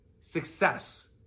success